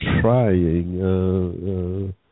trying